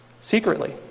secretly